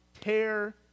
tear